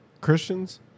Christians